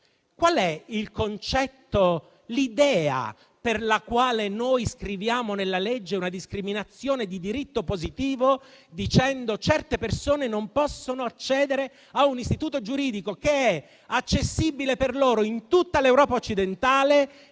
Qual è il concetto o l'idea per i quali noi scriviamo nella legge una discriminazione di diritto positivo, dicendo che certe persone non possono accedere a un istituto giuridico che è accessibile per loro in tutta l'Europa occidentale,